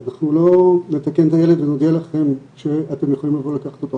אנחנו לא נתקן את הילד ונודיע לכם שאתם יכולים לבוא לקחת אותו,